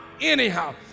anyhow